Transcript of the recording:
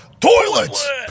toilets